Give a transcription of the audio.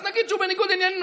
אז נגיד שהוא בניגוד עניינים,